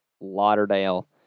Lauderdale